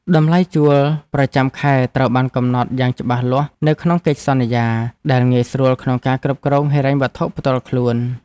តម្លៃជួលប្រចាំខែត្រូវបានកំណត់យ៉ាងច្បាស់លាស់នៅក្នុងកិច្ចសន្យា ដែលងាយស្រួលក្នុងការគ្រប់គ្រងហិរញ្ញវត្ថុផ្ទាល់ខ្លួន។